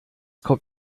kommt